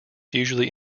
usually